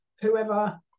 whoever